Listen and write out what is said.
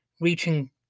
reaching